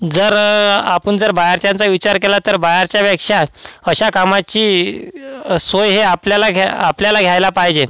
जर आपण जर बाहेरच्यांचा विचार केला तर बाहेरच्यापेक्षा अशा कामाची सोय हे आपल्याला घ्या आपल्याला घ्यायला पाहिजे